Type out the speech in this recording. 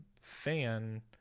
fan